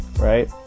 Right